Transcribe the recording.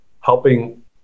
helping